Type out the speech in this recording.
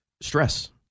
Stress